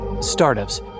Startups